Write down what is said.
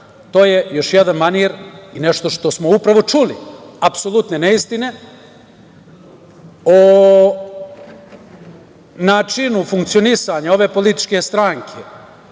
To je još jedan manir i nešto što smo upravo čuli, apsolutne neistine o načinu funkcionisanja ove političke stranke